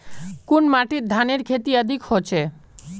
कुन माटित धानेर खेती अधिक होचे?